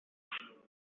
kwiga